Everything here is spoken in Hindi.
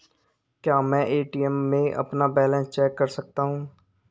क्या मैं ए.टी.एम में अपना बैलेंस चेक कर सकता हूँ?